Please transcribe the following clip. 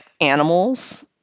animals